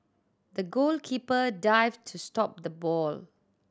the goalkeeper dived to stop the ball